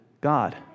God